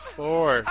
four